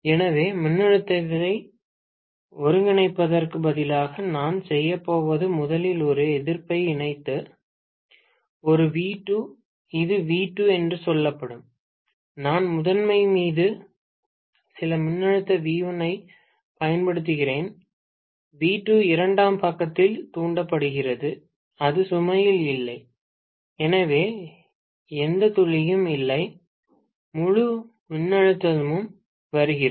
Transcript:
எனவே மின்னழுத்தத்தை ஒருங்கிணைப்பதற்கு பதிலாக நான் செய்யப்போவது முதலில் ஒரு எதிர்ப்பை இணைத்து ஒரு V 2 இது V 2 என்று சொல்லட்டும் நான் முதன்மை மீது சில மின்னழுத்த V 1 ஐப் பயன்படுத்துகிறேன் பக்க வி 2 இரண்டாம் பக்கத்தில் தூண்டப்படுகிறது அது சுமையில் இல்லை எனவே எந்த துளியும் இல்லை முழு மின்னழுத்தமும் வருகிறது